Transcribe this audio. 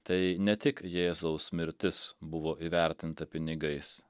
tai ne tik jėzaus mirtis buvo įvertinta pinigais